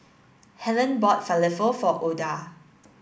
Hellen bought Falafel for Oda